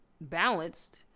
balanced